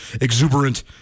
exuberant